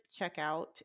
checkout